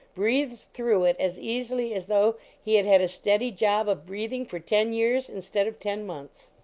breathed through it as easily as though he had had a steady job of breathing for ten years instead of ten months.